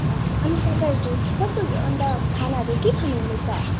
हजुर अनि तपाईँहरूको कस्तो अन्त खानाहरू के खानु हुँदैछ